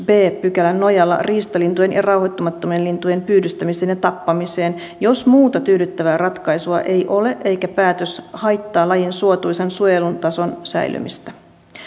b pykälän nojalla riistalintujen ja rauhoittamattomien lintujen pyydystämiseen ja tappamiseen jos muuta tyydyttävää ratkaisua ei ole eikä päätös haittaa lajin suotuisan suojelun tason säilymistä